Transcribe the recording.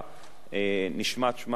נשמט שמה מהיוזמים,